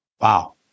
Wow